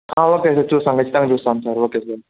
okay sir చూస్తాం కచ్చితంగా చూస్తాం సార్ ఓకే సార్